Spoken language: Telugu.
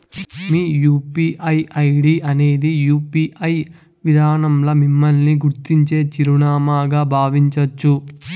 మీ యూ.పీ.ఐ ఐడీ అనేది యూ.పి.ఐ విదానంల మిమ్మల్ని గుర్తించే చిరునామాగా బావించచ్చు